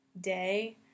day